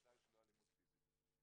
ודאי שלא אלימות פיזית.